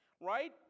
right